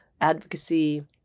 advocacy